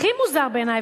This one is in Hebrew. הכי מוזר בעיני,